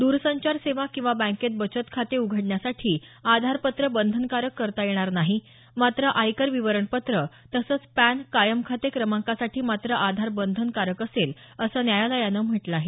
द्रसंचार सेवा किंवा बँकेत बचत खाते उघडण्यासाठी आधार पत्र बंधनकारक करता येणार नाही मात्र आयकर विवरणपत्र तसंच पॅन कायम खाते क्रमांकासाठी मात्र आधार बंधनकारक असेल असं न्यायालयानं म्हटलं आहे